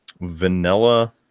vanilla